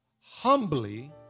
humbly